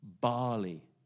Barley